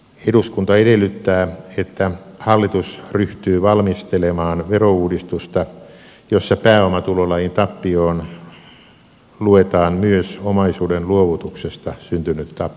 eduskunta edellyttää että hallitus ryhtyy valmistelemaan verouudistusta jossa pääomatulolajin tappioon luetaan myös omaisuuden luovutuksesta syntynyt tappio